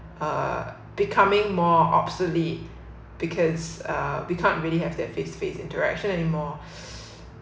uh becoming more obsolete because uh we can't really have their face to face interaction anymore